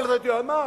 אבל אתה יודע מה?